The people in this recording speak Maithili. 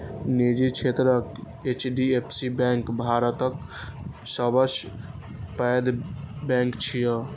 निजी क्षेत्रक एच.डी.एफ.सी बैंक भारतक सबसं पैघ बैंक छियै